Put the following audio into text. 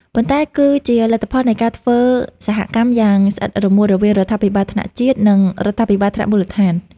ប៉ុន្តែគឺជាលទ្ធផលនៃការធ្វើសហកម្មយ៉ាងស្អិតរមួតរវាងរដ្ឋាភិបាលថ្នាក់ជាតិ និងរដ្ឋាភិបាលថ្នាក់មូលដ្ឋាន។